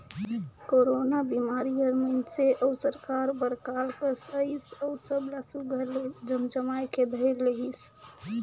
corona बिमारी हर मइनसे अउ सरकार बर काल कस अइस अउ सब ला सुग्घर ले जमजमाए के धइर लेहिस